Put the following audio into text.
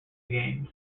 games